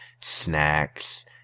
snacks